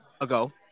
ago